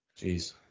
Jeez